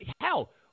Hell